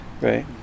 Right